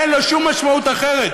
אין לו שום משמעות אחרת.